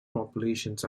populations